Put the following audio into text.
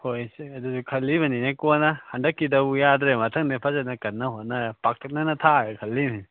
ꯑꯩꯈꯣꯏꯁꯦ ꯑꯗꯨꯁꯨ ꯈꯜꯂꯤꯕꯅꯤꯅꯦ ꯀꯣꯟꯅ ꯍꯟꯗꯛꯀꯤ ꯗꯥꯎ ꯌꯥꯗ꯭ꯔꯦ ꯃꯊꯪꯗꯤ ꯐꯖꯅ ꯀꯟꯅ ꯍꯣꯠꯅꯔꯒ ꯄꯥꯛꯇꯛꯅꯅ ꯊꯥꯔꯒꯦ ꯈꯜꯂꯤꯅꯦ